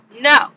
No